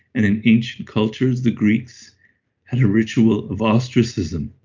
and in ancient cultures the greeks had a ritual of ostracism.